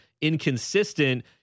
inconsistent